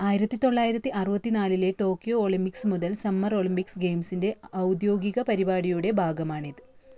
ആയിരത്തിത്തൊള്ളായിരത്തി അറുപത്തിനാലിലെ Tokyo Olympics മുതൽ സമ്മർ ഒളിമ്പിക് ഗെയിംസിൻ്റെ ഔദ്യോഗിക പരിപാടിയുടെ ഭാഗമാണിത്